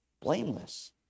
blameless